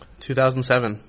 2007